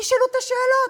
ישאלו את השאלות.